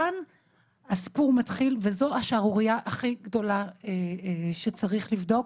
כאן הסיפור מתחיל וזו השערורייה הכי גדולה שצריך לבדוק.